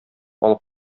алып